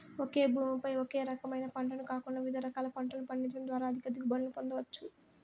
ఒకే భూమి పై ఒకే రకమైన పంటను కాకుండా వివిధ రకాల పంటలను పండించడం ద్వారా అధిక దిగుబడులను పొందవచ్చు